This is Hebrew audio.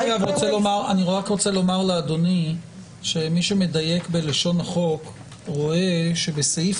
אני רק רוצה לומר לאדוני שמי שמדייק בלשון החוק רואה שבסעיף